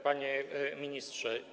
Panie Ministrze!